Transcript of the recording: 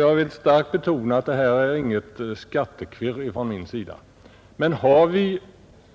Jag vill starkt betona att detta inte är något skattekvirr från min sida, men om vi har